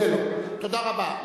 תודה רבה.